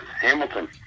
Hamilton